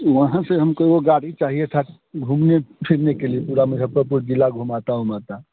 वहाँ से हमको वह गाड़ी चाहिए था घूमने फिरने के लिए पूरा मुज़फ़्फ़रपुर जिला घुमाता उमाता